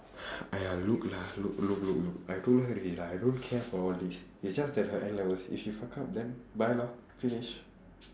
!aiya! look lah look look look look I told her already lah I don't care for all this it's just that her N levels if she fuck up then bye lor finish